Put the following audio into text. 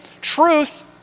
truth